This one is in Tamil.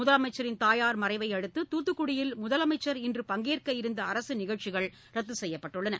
முதலமைச்சரின் தாயார் மறைவையடுத்து துத்துக்குடியில் முதலமைச்சர் இன்று பங்கேற்க இருந்த அரசு நிகழ்ச்சிகள் ரத்து செய்யப்பட்டுள்ளது